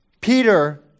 Peter